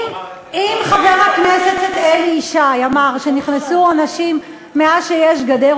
אם חבר הכנסת אלי ישי אמר שנכנסו אנשים מאז שיש גדר,